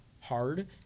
hard